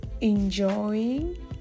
enjoying